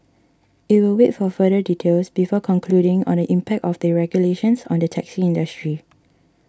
it will wait for further details before concluding on the impact of the regulations on the taxi industry